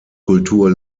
kultur